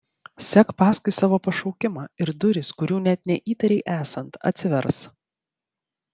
sek paskui savo pašaukimą ir durys kurių net neįtarei esant atsivers